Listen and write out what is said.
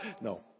No